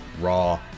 raw